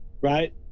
right